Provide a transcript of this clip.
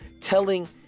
telling